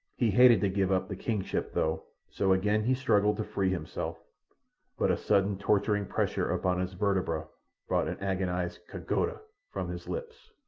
he hated to give up the kingship, though, so again he struggled to free himself but a sudden torturing pressure upon his vertebra brought an agonized ka-goda! from his lips.